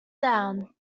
down